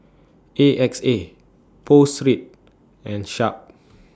A X A Pho Street and Sharp